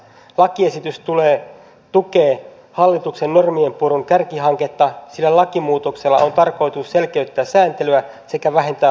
lakiesitys tukee hallituksen normien purun kärkihanketta sillä lakimuutoksella on tarkoitus selkeyttää sääntelyä sekä vähentää hallinnollista taakkaa